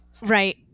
Right